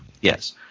Yes